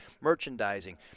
merchandising